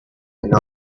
and